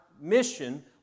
mission